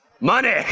Money